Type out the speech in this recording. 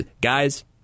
Guys